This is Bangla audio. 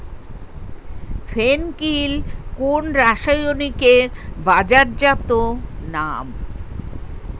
ফেন কিল কোন রাসায়নিকের বাজারজাত নাম?